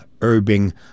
urban